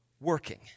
working